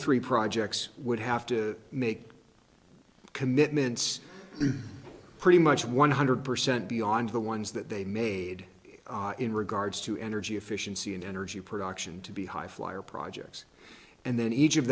three projects would have to make commitments pretty much one hundred percent beyond the ones that they made in regards to energy efficiency and energy production to be high flyer projects and then each of